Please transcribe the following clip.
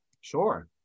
sure